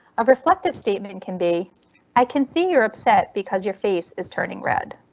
a reflective statement can be i can see you're upset because your face is turning red.